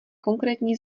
konkrétní